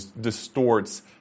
distorts